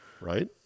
right